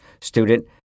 student